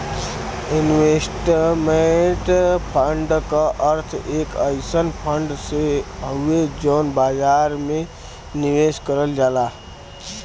investment fund क अर्थ एक अइसन फण्ड से हउवे जौन बाजार में निवेश करल जाला